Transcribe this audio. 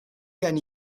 gen